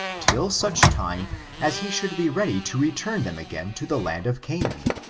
till such time as he should be ready to return them again to the land of canaan,